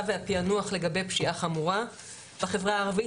והפענוח לגבי פשיעה חמורה בחברה הערבית,